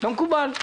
לא מקובל.